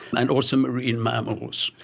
and also marine mammals.